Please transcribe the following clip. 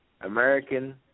American